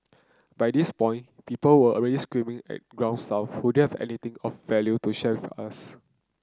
by this point people were already screaming at ground staff who have anything of value to share with us